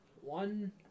One